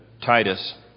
Titus